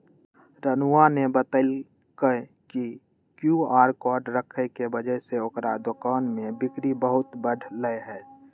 रानूआ ने बतल कई कि क्यू आर कोड रखे के वजह से ओकरा दुकान में बिक्री बहुत बढ़ लय है